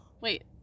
Wait